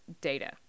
data